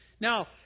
Now